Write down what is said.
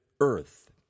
earth